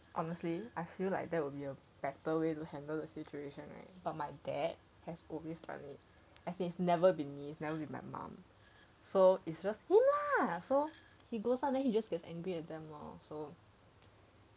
honestly I feel like that will be a better way to handle the situation right but my dad has always done it as in it never been me never been my my mum so it's just him lah so he goes up and then he just gets angry at them lor so